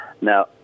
Now